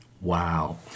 Wow